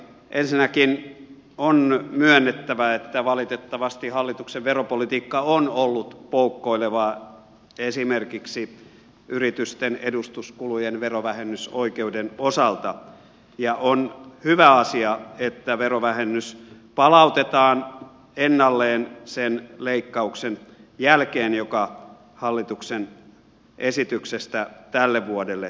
ensinnäkin on myönnettävä että valitettavasti hallituksen veropolitiikka on ollut poukkoilevaa esimerkiksi yritysten edustuskulujen verovähennysoikeuden osalta ja on hyvä asia että verovähennys palautetaan ennalleen sen leikkauksen jälkeen joka hallituksen esityksestä tälle vuodelle tehtiin